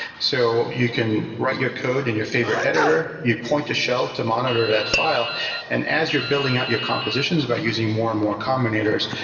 so you can write your code in and your favorite editor, you point a shell to monitor that file and as you're building out your compositions about using more and more combinators,